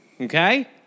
Okay